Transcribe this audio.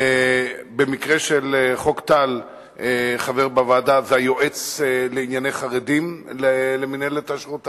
ובמקרה של חוק טל חבר בוועדה היועץ לענייני חרדים למינהלת השירות